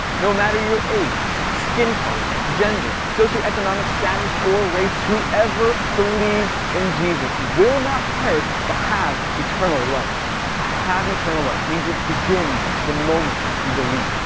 no matter your age, skin color, gender, socioeconomic status, or race. whoever believes in jesus will not perish but have eternal life. to have eternal life means, it begins the moment you believe.